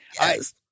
Yes